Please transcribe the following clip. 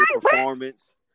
performance